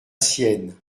sienne